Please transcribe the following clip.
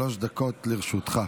שלוש דקות לרשותך.